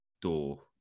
door